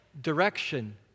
direction